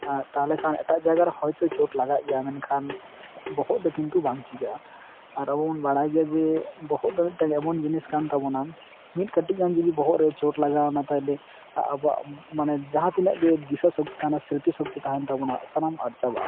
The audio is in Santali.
ᱛᱟᱦᱚᱞᱮ ᱠᱷᱟᱱ ᱮᱴᱟᱜ ᱡᱟᱭᱜᱟᱨᱮ ᱦᱳᱭᱛᱚ ᱪᱳᱴ ᱞᱟᱜᱟᱜ ᱜᱮᱭᱟ ᱢᱮᱱᱠᱷᱟᱱ ᱵᱚᱦᱚᱜ ᱫᱚ ᱠᱤᱱᱛᱩ ᱵᱟᱝ ᱪᱤᱠᱟᱹᱜᱼᱟ ᱟᱨ ᱟᱵᱚᱵᱚᱱ ᱵᱟᱲᱟᱭ ᱜᱮᱭᱟ ᱡᱮ ᱵᱚᱦᱚᱜ ᱫᱚ ᱢᱤᱫᱴᱟᱝ ᱮᱢᱚᱱ ᱡᱤᱱᱤᱥ ᱠᱟᱱ ᱛᱟᱵᱚᱱᱟ ᱢᱤᱫ ᱠᱟᱹᱴᱤᱡ ᱜᱟᱱ ᱡᱩᱫᱤ ᱵᱚᱦᱚᱜ ᱨᱮ ᱪᱳᱴ ᱞᱟᱜᱟᱣᱱᱟ ᱛᱟᱦᱚᱞᱮ ᱟᱵᱚᱣᱟᱜ ᱢᱟᱱᱮ ᱡᱟᱦᱟᱸ ᱛᱤᱱᱟᱹᱜ ᱜᱮ ᱫᱤᱥᱟᱹ ᱥᱚᱠᱛᱤ ᱛᱟᱦᱮᱱᱟ ᱥᱨᱤᱛᱤ ᱥᱚᱠᱛᱤ ᱛᱟᱦᱮᱱ ᱛᱟᱵᱚᱱᱟ ᱥᱟᱱᱟᱢ ᱟᱫ ᱪᱟᱵᱟᱜᱼᱟ